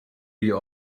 you